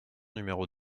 numéro